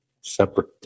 separate